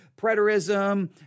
preterism